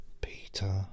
Peter